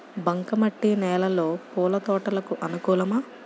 బంక మట్టి నేలలో పూల తోటలకు అనుకూలమా?